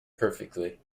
perfectly